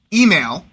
email